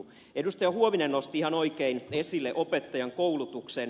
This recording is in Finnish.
huovinen nosti ihan oikein esille opettajankoulutuksen